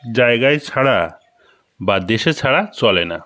জায়গায় ছাড়া বা দেশে ছাড়া চলে না